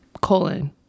colon